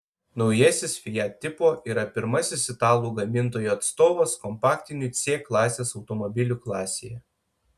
naujasis fiat tipo yra pirmasis italų gamintojo atstovas kompaktinių c klasės automobilių klasėje